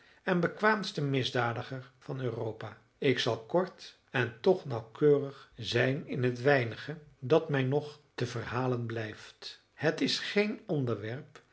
en bekwaamsten misdadiger van europa illustratie een groot rotsblok stortte naar beneden ik zal kort en toch nauwkeurig zijn in het weinige dat mij nog te verhalen blijft het is geen onderwerp